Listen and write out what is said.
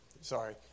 Sorry